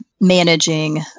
managing